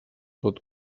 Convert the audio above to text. pot